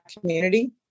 community